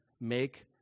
make